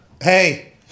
hey